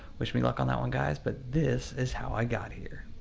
wish me luck on that one guys, but this is how i got here.